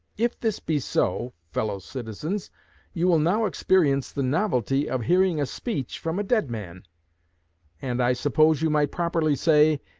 if this be so, fellow-citizens, you will now experience the novelty of hearing a speech from a dead man and i suppose you might properly say,